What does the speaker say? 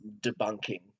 debunking